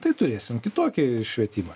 tai turėsim kitokį švietimą